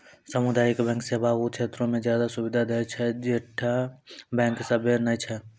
समुदायिक बैंक सेवा उ क्षेत्रो मे ज्यादे सुविधा दै छै जैठां बैंक सेबा नै छै